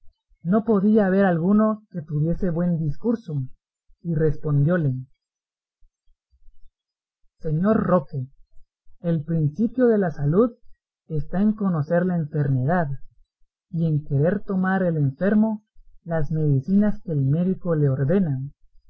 no podía haber alguno que tuviese buen discurso y respondióle señor roque el principio de la salud está en conocer la enfermedad y en querer tomar el enfermo las medicinas que el médico le ordena